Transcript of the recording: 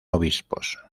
obispos